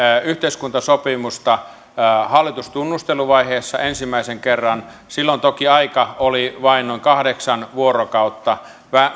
yhteiskuntasopimusta hallitustunnusteluvaiheessa ensimmäisen kerran silloin toki aika oli vain noin kahdeksan vuorokautta